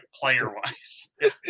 player-wise